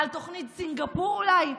על תוכנית סינגפור אולי?